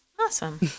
Awesome